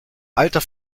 alter